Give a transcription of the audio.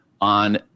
on